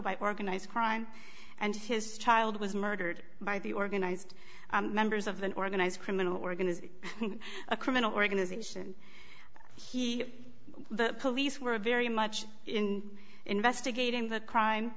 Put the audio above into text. by organized crime and his child was murdered by the organized members of the organized criminal organised a criminal organization here the police were very much in investigating the crime